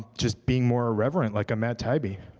just being more irreverent, like a matt taibbi?